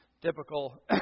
typical